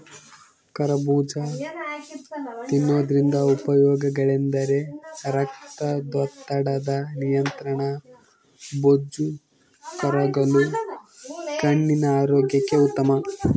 ಕರಬೂಜ ತಿನ್ನೋದ್ರಿಂದ ಉಪಯೋಗಗಳೆಂದರೆ ರಕ್ತದೊತ್ತಡದ ನಿಯಂತ್ರಣ, ಬೊಜ್ಜು ಕರಗಲು, ಕಣ್ಣಿನ ಆರೋಗ್ಯಕ್ಕೆ ಉತ್ತಮ